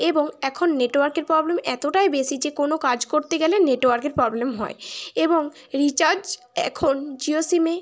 এবং এখন নেটওয়ার্কের প্রবলেম এতটাই বেশি যে কোনো কাজ করতে গেলে নেটওয়ার্কের প্রবলেম হয় এবং রিচার্জ এখন জিও সিমে